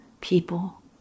people